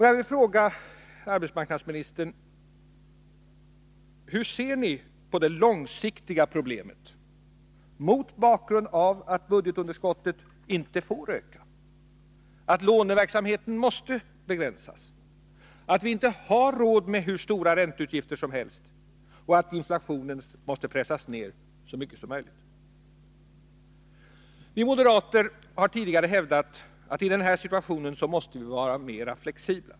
Jag vill fråga arbetsmarknadsministern: Hur ser ni på det långsiktiga problemet mot bakgrund av att budgetunderskottet inte får öka, att låneverksamheten måste begränsas, att vi inte har råd med hur stora ränteutgifter som helst och att inflationen måste pressas ned så mycket som möjligt? Vi moderater har tidigare hävdat att vi i en sådan här situation måste vara mera flexibla.